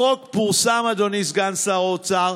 החוק פורסם, אדוני סגן שר האוצר,